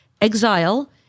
exile